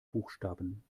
buchstaben